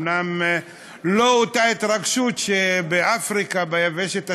אומנם לא אותה התרגשות שבאפריקה, ביבשת השחורה,